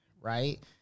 right